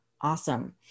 Awesome